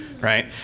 Right